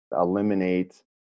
eliminate